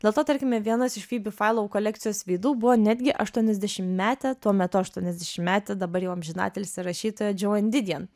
dėl to tarkime vienas iš fibi failau kolekcijos veidų buvo netgi aštuoniasdešimtmetė tuo metu aštuoniasdešimtmetė dabar jau amžiną atilsį rašytoja džoan didion